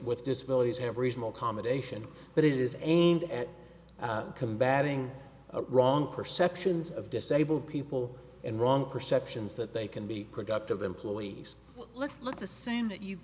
with disabilities every small combination but it is aimed at combating a wrong perceptions of disabled people and wrong perceptions that they can be productive employees look let's assume that you